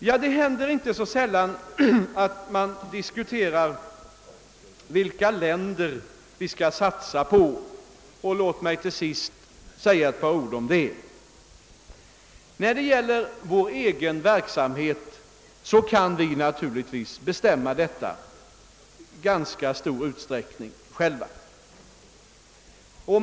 Man diskuterar ofta vilka länder vi skall satsa på i detta sammanhang, och jag vill till sist säga ett par ord om detta. När det gäller vår egen verksamhet kan vi naturligtvis i ganska stor utsträckning själva bestämma detta.